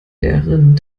lehrerin